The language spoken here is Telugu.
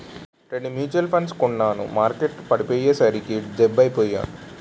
రెండు మ్యూచువల్ ఫండ్లు కొన్నాను మార్కెట్టు పడిపోయ్యేసరికి డెబ్బై పొయ్యాను